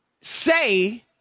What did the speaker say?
say